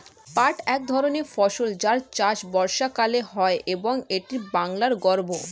পাট এক ধরনের ফসল যার চাষ বর্ষাকালে হয় এবং এটি বাংলার গর্ব